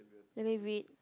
let me read